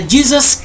Jesus